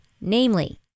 Namely